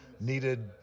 needed